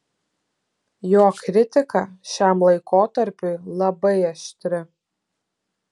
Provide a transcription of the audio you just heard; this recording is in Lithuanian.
jo kritika šiam laikotarpiui labai aštri